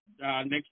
next